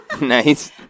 Nice